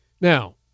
Now